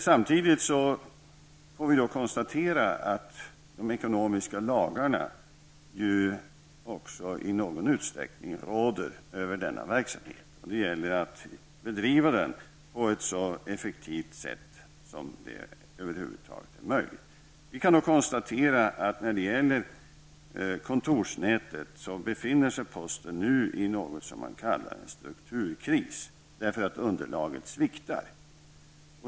Samtidigt får vi konstatera att de ekonomiska lagarna råder över denna verksamhet. Det gäller att bedriva den på ett så effektivt sätt som det över huvud taget är möjligt. Vi kan konstatera att när det gäller kontorsnätet så befinner sig posten nu i något som kallas en strukturkris eftersom underlaget sviktar.